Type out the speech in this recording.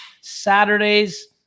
Saturdays